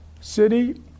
City